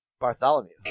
Bartholomew